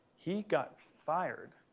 he got fired.